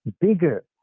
bigger